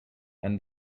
and